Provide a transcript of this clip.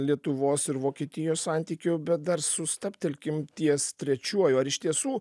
lietuvos ir vokietijos santykių bet dar sustabtelkim ties trečiuoju ar iš tiesų